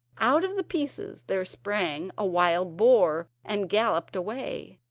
out of the pieces there sprang a wild boar and galloped away,